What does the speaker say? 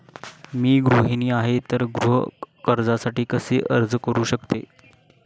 मी गृहिणी आहे तर गृह कर्जासाठी कसे अर्ज करू शकते?